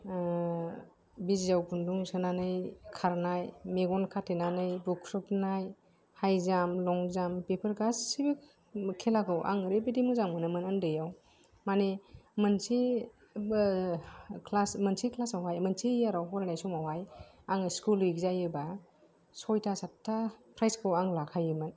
ओ बिजिआव खुन्दुं सोनानै खारनाय मेगन खाथेनानै बुख्रुबनाय हाइ जाम्प लं जाम्प बेफोर गासैबो खेलाखौ आं ओरैबायदि मोजां मोनोमोन उन्दैआव माने मोनसे ओ क्लास मोनसे क्लास आवहाय मोनसे इयाराव फरायनाय समावहाय आङो स्कुल उइक जायोबा सयथा सातथा प्राइज खौ आं लाखायोमोन